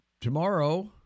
tomorrow